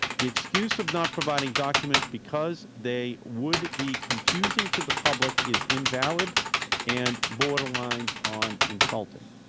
the excuse of not providing documents because they would be confusing to the public is invalid and borderlines on insulting.